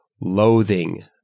loathing